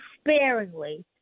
sparingly